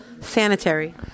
sanitary